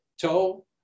toe